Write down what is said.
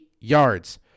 yards